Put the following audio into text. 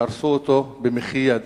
שהרסו אותו במחי יד.